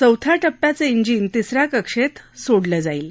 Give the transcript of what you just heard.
चौथ्या टप्प्याचं इंजिन तिसऱ्या कक्षप्त सोडलं जाईल